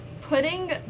putting